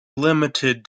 limited